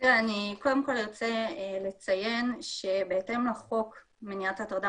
קודם כל אני ארצה לציין שבהתאם לחוק מניעת הטרדה